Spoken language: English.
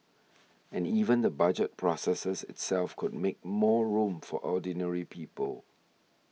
and even the Budget process itself could make more room for ordinary people